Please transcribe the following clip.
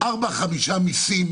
ארבעה-חמישה מיסים